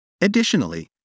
Additionally